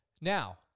now